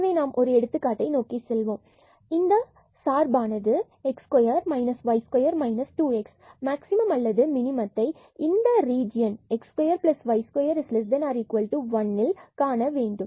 எனவே நாம் ஒரு எடுத்துக்காட்டை நோக்கிச் செல்வோம் இந்த x2 y2 2x சார்பில் மேக்ஸிமம் அல்லது மினிமத்தை இந்தx2y2≤1 ரீஜியனில் காண வேண்டும்